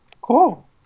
Cool